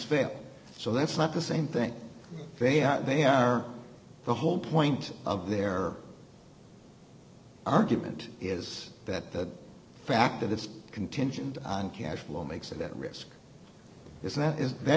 fail so that's not the same thing they are they are the whole point of their argument is that the fact that it's contingent on cash flow makes that risk is that is that